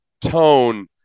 tone